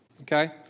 Okay